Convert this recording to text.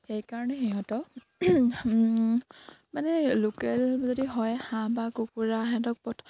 সেইকাৰণে সিহঁতক মানে লোকেল যদি হয় হাঁহ বা কুকুৰা সিহঁতক